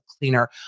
cleaner